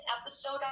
episode